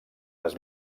les